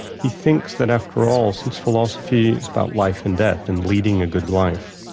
he thinks that after all, since philosophy is about life and death and leading a good life,